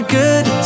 good